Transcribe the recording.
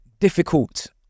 Difficult